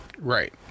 Right